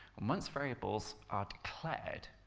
once variables are declared,